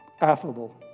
affable